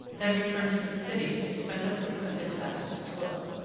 then returns to the city to spend the fruit of his vassal's toil.